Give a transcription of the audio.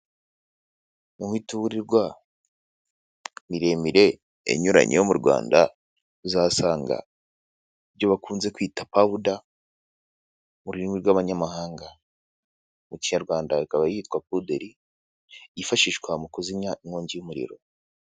Mu miturirwa miremire inyuranye yo mu rwanda uzasanga ibyo bakunze kwita pawuda mururimi rw'abanyamahanga mu kinyarwanda ikaba yitwa pudeli yifashishwa mu kuzimya inkongi y'umuriro.